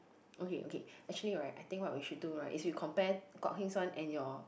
okay okay actually right I think what we should do right is we compare Kok-Hengs one and your